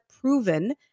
proven